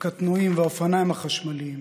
הקטנועים והאופניים החשמליים.